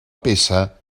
peça